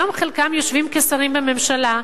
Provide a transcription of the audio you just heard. היום חלקם יושבים כשרים בממשלה.